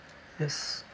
yes